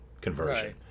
conversion